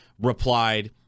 replied